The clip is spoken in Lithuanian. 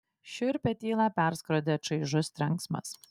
šiurpią tylą perskrodė čaižus trenksmas